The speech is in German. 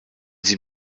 sie